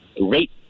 rate